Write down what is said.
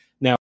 Now